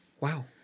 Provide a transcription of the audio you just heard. wow